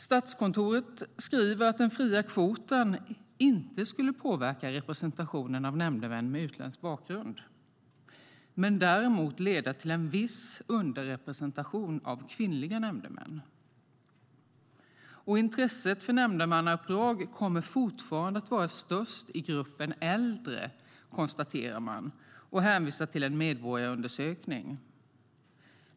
Statskontoret skriver att den fria kvoten inte skulle påverka representationen av nämndemän med utländsk bakgrund men leda till en viss underrepresentation av kvinnliga nämndemän. Intresset för nämndemannauppdrag kommer fortfarande att vara störst i gruppen äldre, konstaterar man och hänvisar till en medborgarundersökning.